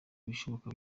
ibishoboka